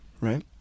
right